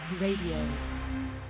radio